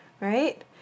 right